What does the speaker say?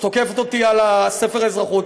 שתוקפת אותי על ספר האזרחות,